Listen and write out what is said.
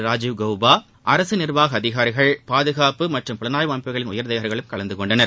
ராஜூவ் கவுபா அரசு நிா்வாக அதிகாரிகள் பாதுகாப்பு மற்றும் புலனாய்வு அமைப்புகளின் உயரதிகாரிகளும் கலந்துகொண்டனர்